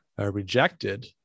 rejected